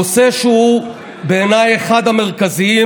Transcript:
נושא שהוא בעיניי אחד המרכזיים,